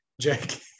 Jake